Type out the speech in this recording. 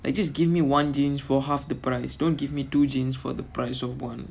I just give me one jeans for half the price don't give me two jeans for the price of one